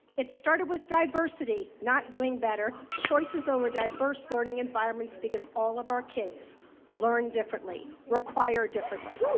it started with diversity, not doing better, choices over diverse learning environments because all of our kids learn differently, require differently.